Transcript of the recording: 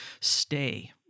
stay